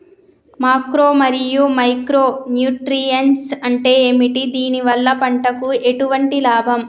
Macro మరియు micro nutrients అంటే ఏమిటి? దీనివల్ల పంటకు ఎటువంటి లాభం?